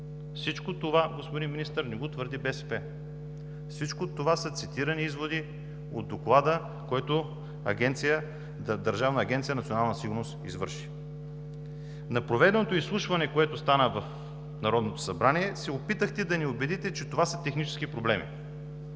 Всичко това, господин Министър, не го твърди БСП. Всичко това са цитирани изводи от доклада на Държавна агенция „Национална сигурност“. На проведеното изслушване, което стана в Народното събрание, се опитахте да ни убедите, че това са технически проблеми.